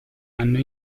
anno